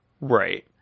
Right